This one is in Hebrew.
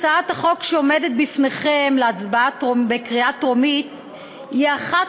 לכן הצעת החוק שעומדת בפניכם לקריאה טרומית היא אחת